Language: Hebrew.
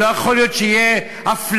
לא יכול להיות שתהיה אפליה,